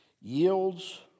yields